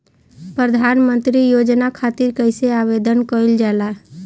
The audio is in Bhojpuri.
प्रधानमंत्री योजना खातिर कइसे आवेदन कइल जाला?